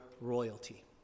royalty